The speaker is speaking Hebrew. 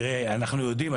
תראה אנחנו יודעים,